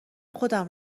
خودم